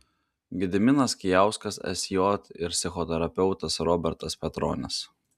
gediminas kijauskas sj ir psichoterapeutas robertas petronis